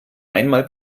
einmal